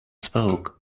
spoke